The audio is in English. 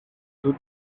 two